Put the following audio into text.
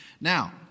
Now